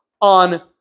on